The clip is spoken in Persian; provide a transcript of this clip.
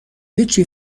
هیچی